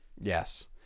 Yes